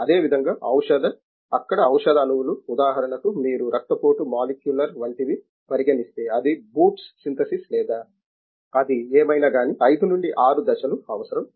అదే విధంగా ఔషధ అక్కడ ఔషధ అణువులు ఉదాహరణకు మీరు రక్తపోటు మాలిక్యూలర్ వంటివి పరిగణిస్తే అది బూట్స్ సింథసిస్ లేదా అది ఏమైనా గాని 5 నుండి 6 దశలు అవసరం